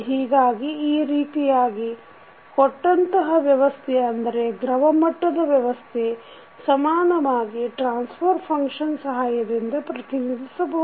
ಹೀಗಾಗಿ ಈ ರೀತಿಯಾಗಿ ಕೊಟ್ಟಂತಹ ವ್ಯವಸ್ಥೆ ಅಂದರೆ ದ್ರವ ಮಟ್ಟದ ವ್ಯವಸ್ಥೆ ಸಮಾನವಾಗಿ ಟ್ರಾನ್ಸಫರ್ ಫಂಕ್ಷನ್ ಸಹಾಯದಿಂದ ಪ್ರತಿನಿಧಿಸಬಹುದು